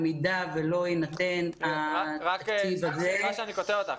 במידה שלא יינתן התקציב הזה --- סליחה שאני קוטע אותך.